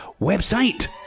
website